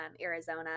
Arizona